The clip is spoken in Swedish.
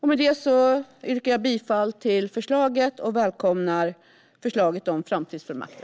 Med det yrkar jag bifall till förslaget och välkomnar förslaget om framtidsfullmakter.